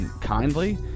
kindly